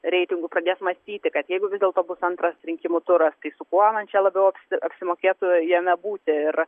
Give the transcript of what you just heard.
reitingų pradės mąstyti kad jeigu vis dėlto bus antras rinkimų turas tai su kuo man čia labiau apsi apsimokėtų jame būti ir